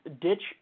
ditch